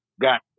got